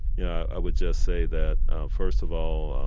yeah i would just say that first of all,